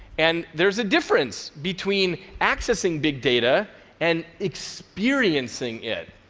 and there is a difference between accessing big data and experiencing it.